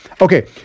Okay